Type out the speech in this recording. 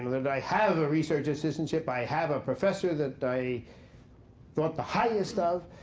that i have a research assistantship. i have a professor that i thought the highest of,